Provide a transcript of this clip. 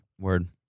Word